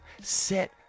set